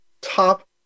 top